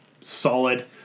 solid